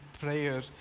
prayer